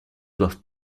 doivent